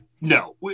No